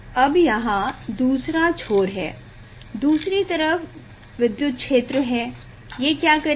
अब यहाँ दूसरा छोर है दूसरी तरफ विद्युत क्षेत्र है ये क्या करेगा